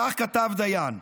כך כתב דיין.